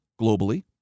globally